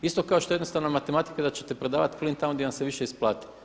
Isto kao što je jednostavna matematika da ćete prodavati plin tamo gdje vam se više isplati.